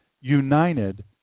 United